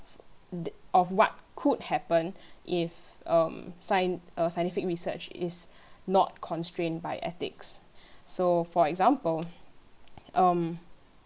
t~ of what could happen if um scien~ uh scientific research is not constrained by ethics so for example um